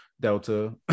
Delta